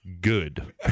good